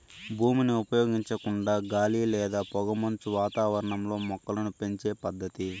భూమిని ఉపయోగించకుండా గాలి లేదా పొగమంచు వాతావరణంలో మొక్కలను పెంచే పద్దతి